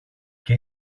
και